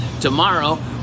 Tomorrow